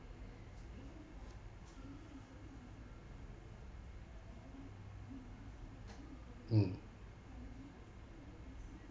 mm